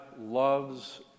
loves